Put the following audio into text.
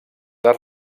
les